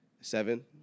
seven